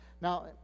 now